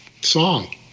song